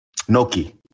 Noki